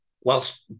whilst